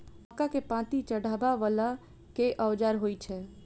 मक्का केँ पांति चढ़ाबा वला केँ औजार होइ छैय?